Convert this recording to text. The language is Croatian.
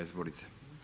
Izvolite.